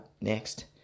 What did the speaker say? next